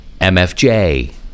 MFJ